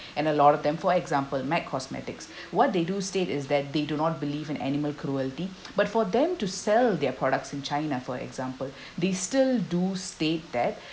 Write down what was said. and a lot of them for example MAC Cosmetics what they do state is that they do not believe in animal cruelty but for them to sell their products in china for example they still do state that